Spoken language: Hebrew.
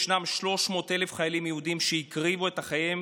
ישנם 300,000 חיילים יהודים שהקריבו את חייהם